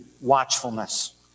watchfulness